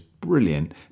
Brilliant